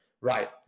Right